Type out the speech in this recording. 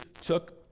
took